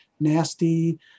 nasty